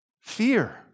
Fear